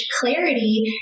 clarity